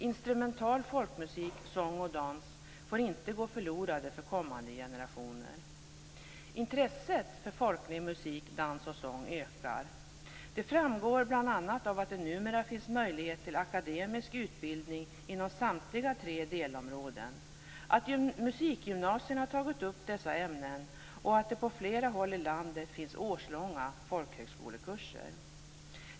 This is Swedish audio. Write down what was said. Instrumental folkmusik, sång och dans får inte gå förlorade för kommande generationer. Intresset för folklig musik, dans och sång ökar. Det framgår bl.a. av att det numera finns möjlighet till akademisk utbildning inom samtliga tre delområden, att musikgymnasierna tagit upp dessa ämnen och att det på flera håll i landet finns årslånga folkhögskolekurser.